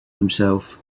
himself